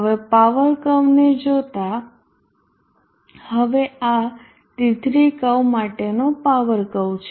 હવે પાવર કર્વને જોતા હવે આ T3 કર્વ માટેનો પાવર કર્વ છે